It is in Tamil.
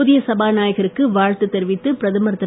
புதிய சபநாயகருக்கு வாழ்த்து தெரிவித்து பிரதமர் திரு